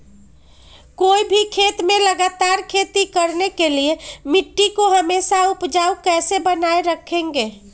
कोई भी खेत में लगातार खेती करने के लिए मिट्टी को हमेसा उपजाऊ कैसे बनाय रखेंगे?